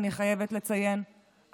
אני חייבת לציין,